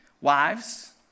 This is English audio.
wives